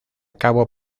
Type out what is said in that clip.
cabo